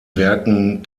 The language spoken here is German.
werken